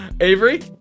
Avery